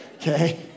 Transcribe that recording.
okay